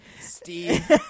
Steve